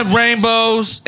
rainbows